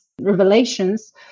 revelations